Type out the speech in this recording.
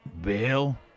Bill